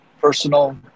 personal